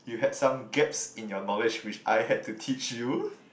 you had some gaps in your knowledge which I had to teach you